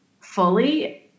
fully